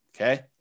okay